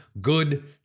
good